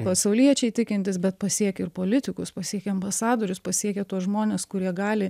pasauliečiai tikintys bet pasiekia ir politikus pasiekia ambasadorius pasiekia tuos žmones kurie gali